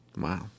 Wow